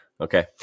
Okay